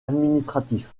administratifs